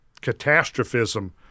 catastrophism